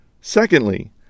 Secondly